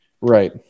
Right